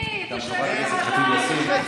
גם אני תושבת עראבה,